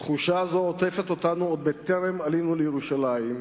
תחושה זו עוטפת אותנו עוד בטרם עלינו לירושלים,